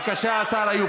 בבקשה, השר איוב